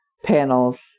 panels